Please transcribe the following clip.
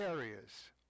areas